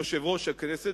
יושב-ראש הכנסת,